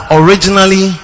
originally